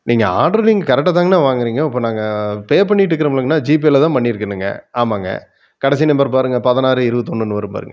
நீங்கள் ஆட்ரு நீங்கள் கரெக்டாக தாங்கண்ணா வாங்கிறீங்க இப்போ நாங்கள் பே பண்ணிகிட்டு இருக்கிறோம் இல்லைங்கண்ணா ஜிபேயில் தான் பண்ணியிருக்கேனுங்க ஆமாங்க கடைசி நம்பர் பாருங்கள் பதினாறு இருபத்தொன்னுன்னு வரும் பாருங்கள்